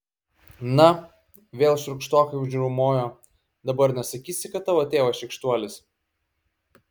na vėl šiurkštokai užriaumojo dabar nesakysi kad tavo tėvas šykštuolis